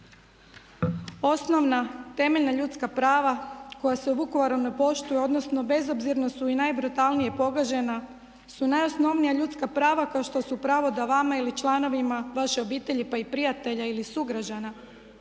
Osnovna temeljna ljudska prava koja se u Vukovaru ne poštuju, odnosno bezobzirno su i najbrutalnije pogažena su najosnovnija ljudska prava kao što su pravo da vama ili članovima vaše obitelji pa i prijatelje ili sugrađana